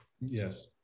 Yes